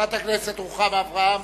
חברת הכנסת רוחמה אברהם,